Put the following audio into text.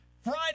Friday